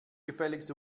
gefälligst